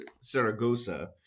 Saragossa